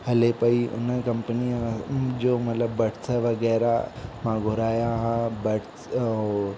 हले पई उन कंपनीअ जो मतिलबु बड्स वग़ैरह मां घुराया हुआ बड्स उहो